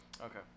Okay